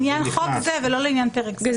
לעניין חוק זה ולא לעניין פרק זה.